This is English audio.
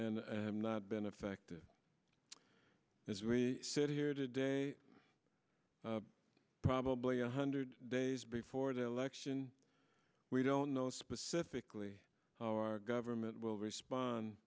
and not been affected as we sit here today probably a hundred days before the election we don't know specifically how our government will respond